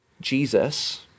Jesus